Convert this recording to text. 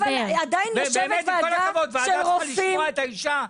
עם כל הכבוד, הוועדה צריכה לשמוע את האישה.